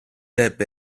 ebbe